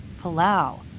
Palau